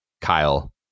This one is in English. Kyle